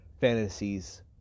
fantasies